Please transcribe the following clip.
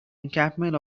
encampment